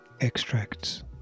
extracts